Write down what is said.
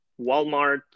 Walmart